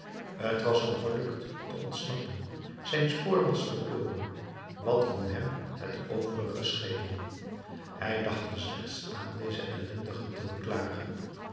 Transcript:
t was hem gelukt te ontsnappen zijn spoor was verloren wat kon hem het overige schelen hij dacht er slechts aan deze ellendigen te beklagen